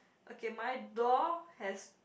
okay my door has